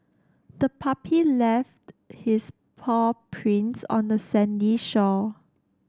the puppy left his paw prints on the sandy shore